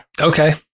Okay